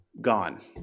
gone